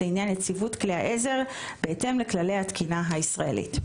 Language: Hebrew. לעניין יציבות כלי העזר בהתאם לכללי התקינה הישראלית.